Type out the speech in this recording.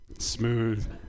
smooth